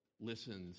listens